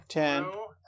ten